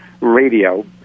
radio